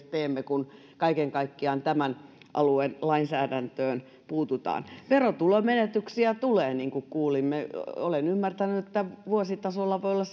teemme kun kaiken kaikkiaan tämän alueen lainsäädäntöön puututaan verotulomenetyksiä tulee niin kuin kuulimme olen ymmärtänyt että vuositasolla voi olla